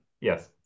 Yes